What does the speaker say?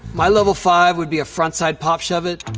my level five would be a front-side pop shove-it.